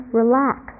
relax